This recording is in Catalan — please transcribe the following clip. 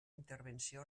intervenció